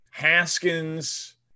Haskins